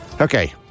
Okay